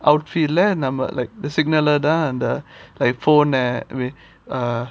outfield ல நம்ம:la namma like the signal ல தான் அந்த:lathan andha like phone and with uh